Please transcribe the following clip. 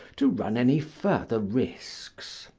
to run any further risks.